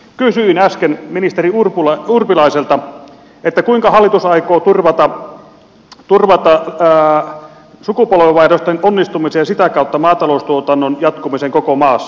kysyin äsken ministeri urpilaiselta kuinka hallitus aikoo turvata sukupolvenvaihdosten onnistumisen ja sitä kautta maataloustuotannon jatkumisen koko maassa